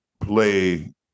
play